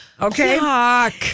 Okay